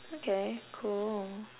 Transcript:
okay cool